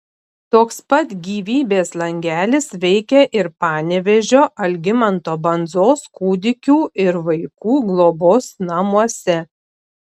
toks pat gyvybės langelis veikia ir panevėžio algimanto bandzos kūdikių ir vaikų globos namuose